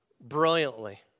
brilliantly